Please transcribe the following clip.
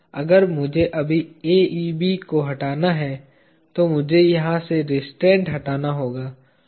अगर मुझे अभी AEB हटाना है तो मुझे यहां से रिस्ट्रैन्ट हटाना होगा